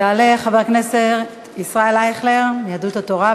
יעלה חבר הכנסת ישראל אייכלר מיהדות התורה,